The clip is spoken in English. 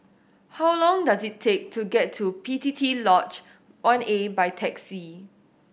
how long does it take to get to P P T Lodge One A by taxi